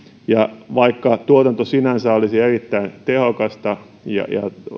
ja vaikka tuotanto sinänsä olisi erittäin tehokasta ja